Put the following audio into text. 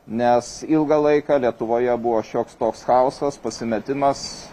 nes ilgą laiką lietuvoje buvo šioks toks chaosas pasimetimas